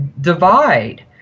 divide